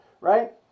Right